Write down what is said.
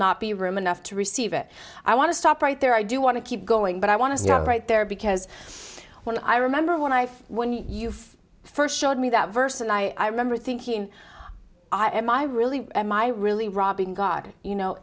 not be room enough to receive it i want to stop right there i do want to keep going but i want to start right there because when i remember when i when you first showed me that verse and i remember thinking i am i really am i really robbing god you know